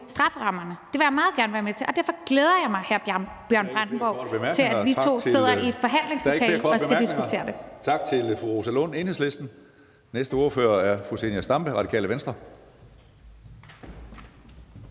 Det vil jeg meget gerne være med til. Derfor glæder jeg mig, hr. Bjørn Brandenborg, til, at vi to sidder i et forhandlingslokale og skal diskutere det.